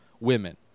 women